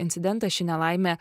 incidentas ši nelaimė